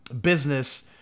business